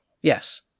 Yes